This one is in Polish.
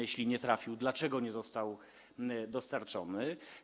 Jeśli nie trafił, dlaczego nie został dostarczony?